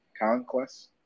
conquest